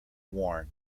worn